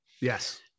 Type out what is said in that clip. yes